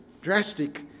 drastic